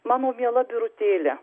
mano miela birutėle